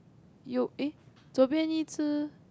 you eh 左边一只: zuo bian yi zhi